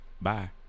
bye